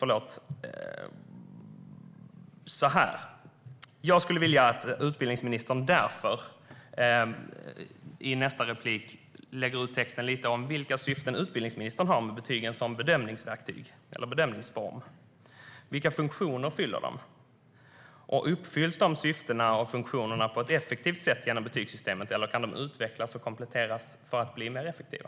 Jag skulle därför vilja att utbildningsministern lägger ut texten lite om vilka syften utbildningsministern har med betygen som bedömningsverktyg eller bedömningsform. Vilka funktioner fyller de? Uppfylls de syftena av funktionerna på ett effektivt sätt genom betygssystemet, eller kan de utvecklas och kompletteras för att bli mer effektiva?